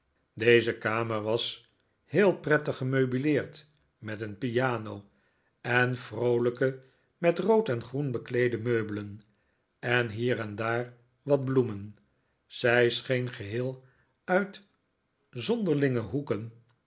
deze kamer was heel prettig gemeubileerd met een piano en vroolijke met rood en groen bekleede meubelen en hier en daar wat bloemen zij scheen geheel uit zonderlinge hoeken